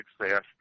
success